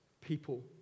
people